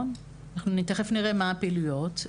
אנחנו תכף נראה מה הפעילויות,